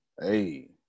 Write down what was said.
hey